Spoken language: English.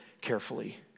carefully